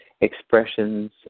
Expressions